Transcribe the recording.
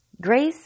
Grace